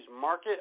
Market